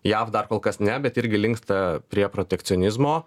jav dar kol kas ne bet irgi linksta prie protekcionizmo